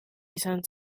izan